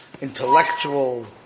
intellectual